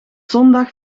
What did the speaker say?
zondag